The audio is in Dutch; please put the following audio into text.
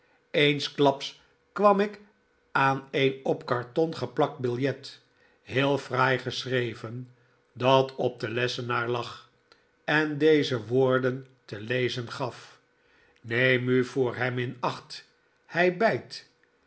eensklaps kwam ik aan een op carton geplakt biljet heel fraai geschreven dat op den lessenaar lag en deze woorden te lezen gaf neem u voor hem in acht hij bijt